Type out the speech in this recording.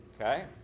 Okay